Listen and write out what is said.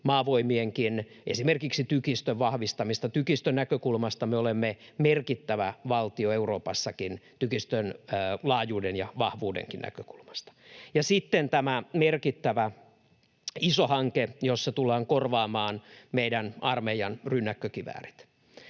Maavoimienkin tykistön vahvistamista. Tykistön näkökulmasta me olemme merkittävä valtio Euroopassakin — tykistön laajuuden ja vahvuudenkin näkökulmasta. Sitten tämä merkittävä, iso hanke, jossa tullaan korvaamaan meidän armeijan rynnäkkökiväärit.